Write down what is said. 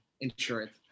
insurance